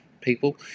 people